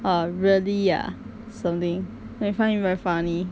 err really ah something I find it very funny